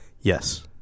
Yes